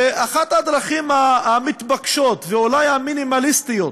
ואחת הדרכים המתבקשות, ואולי המינימליסטיות,